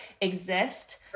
exist